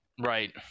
right